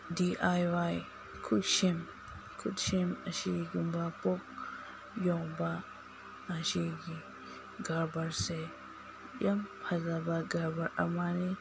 D I Y ꯈꯨꯠꯁꯦꯝ ꯈꯨꯠꯁꯦꯝ ꯑꯁꯤꯒꯨꯝꯕ ꯄꯣꯠ ꯌꯣꯟꯕ ꯑꯁꯤꯒꯤ ꯀꯔꯕꯥꯔꯁꯦ ꯌꯥꯝ ꯐꯖꯕ ꯀꯔꯕꯥꯔ ꯑꯃꯅꯤ